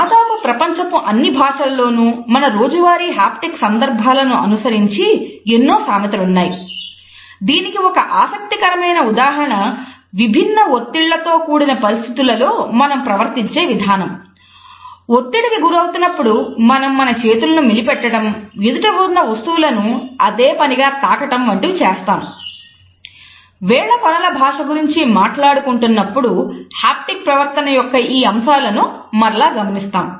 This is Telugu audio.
దాదాపు ప్రపంచపు అన్ని భాషలలోనూ మన రోజువారీ హాప్టిక్ ప్రవర్తన యొక్క ఈ అంశాలను మరల గమనిస్తాము